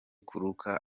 kuruka